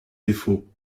défauts